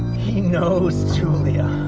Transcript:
he knows julia